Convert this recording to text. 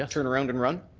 turn around and run?